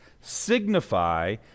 signify